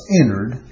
entered